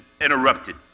interrupted